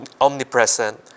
omnipresent